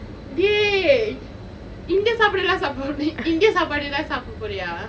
dey